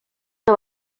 una